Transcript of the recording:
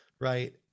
right